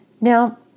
Now